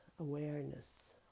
awareness